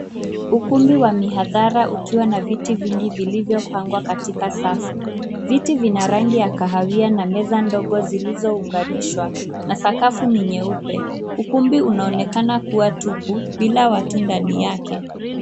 Ukumbi wa mihadhara ukiwa na viti vingi vilivyopangwa katika safu. Viti vina rangi ya kahawia na meza ndogo zilizounganishwa na sakafu ni nyeupe. Ukumbe unaonekana kuwa tupu bila watu ndani yake.